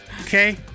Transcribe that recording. Okay